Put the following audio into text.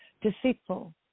deceitful